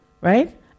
right